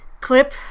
clip